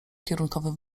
kierunkowym